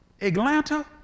Atlanta